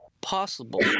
possible